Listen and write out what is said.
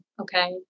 okay